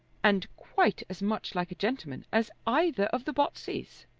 and quite as much like a gentleman as either of the botseys.